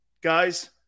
guys